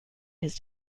his